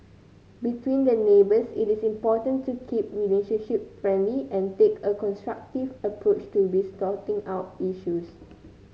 between the neighbours it is important to keep relationship friendly and take a constructive approach to sorting out issues